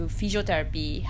physiotherapy